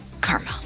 karma